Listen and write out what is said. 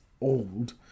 old